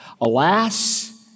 Alas